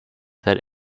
that